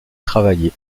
travailler